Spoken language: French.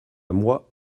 moi